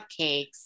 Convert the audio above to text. cupcakes